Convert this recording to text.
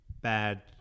bad